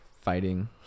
fighting